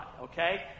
okay